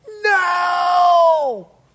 no